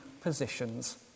positions